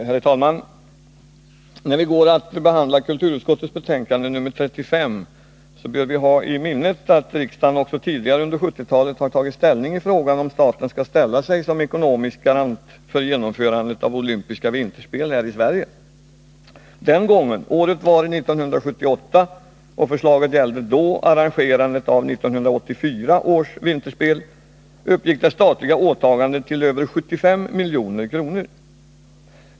Herr talman! När vi går att behandla kulturutskottets betänkande nr 35 bör vi ha i minnet att riksdagen också tidigare under 1970-talet har tagit ställning till frågan om staten skall ställa sig som ekonomisk garant för genomförandet av olympiska vinterspel här i Sverige. Den gången — året var 1978, och förslaget gällde då arrangerandet av 1984 års vinterspel — uppgick det statliga åtagandet till över 75 milj.kr.